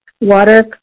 Water